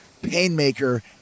Painmaker